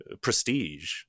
prestige